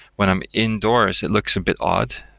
when i'm indoors, it looks a bit odd.